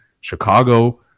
Chicago